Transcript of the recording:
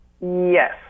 Yes